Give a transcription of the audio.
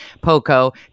Poco